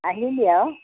আহিবি আৰু